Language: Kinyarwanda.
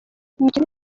imikino